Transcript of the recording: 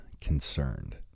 concerned